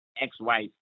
ex-wife